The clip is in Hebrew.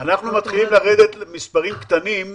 אנחנו מתחילים לרדת למספרים קטנים,